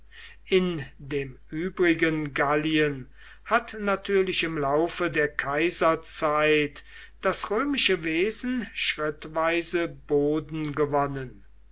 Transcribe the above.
in dem übrigen gallien hat natürlich im laufe der kaiserzeit das römische wesen schrittweise boden gewonnen